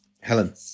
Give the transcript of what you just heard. Helen